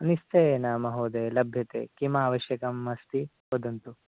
निश्चयेन महोदय लभ्यते किं आवश्यकम् अस्ति वदन्तु